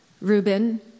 Reuben